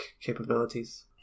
capabilities